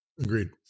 Agreed